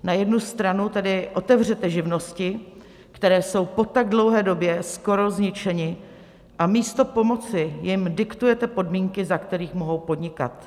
Na jednu stranu tedy otevřete živnosti, které jsou po tak dlouhé době skoro zničeny, a místo pomoci jim diktujete podmínky, za kterých mohou podnikat.